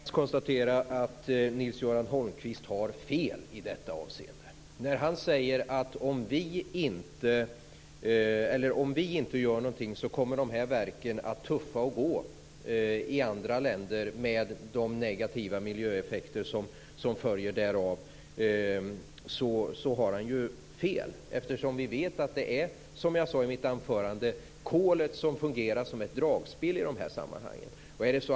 Fru talman! Jag tvingas konstatera att Nils-Göran Holmqvist har fel i detta avseende. Han säger att om vi inte gör någonting kommer dessa verk att tuffa och gå i andra länder med de negativa miljöeffekter som följer därav. Där har han fel. Vi vet att det är som jag sade i mitt anförande. Kolet fungerar som ett dragspel i de här sammanhangen.